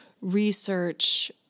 research